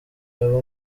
aba